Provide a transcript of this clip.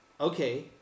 Okay